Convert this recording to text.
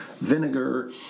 vinegar